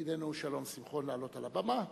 ידידנו שלום שמחון, לעלות על הבמה.